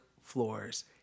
floors